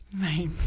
Right